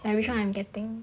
and which [one] I'm getting